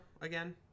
again